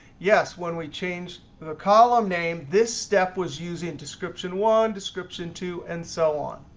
yes, when we change the column name, this step was using and description one, description two, and so on.